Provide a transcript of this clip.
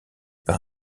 par